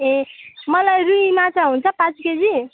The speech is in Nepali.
ए मलाई रुही माछा हुन्छ पाँच केजी